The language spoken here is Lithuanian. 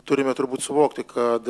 turime turbūt suvokti kad